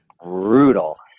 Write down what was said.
brutal